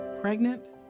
Pregnant